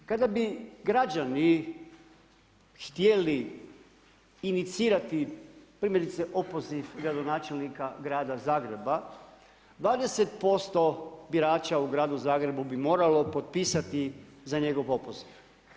Kada bi građani htjeli inicirati primjerice opoziv gradonačelnika grada Zagreba, 20% birača u gradu Zagrebu bi moralo potpisati za njegov opoziv.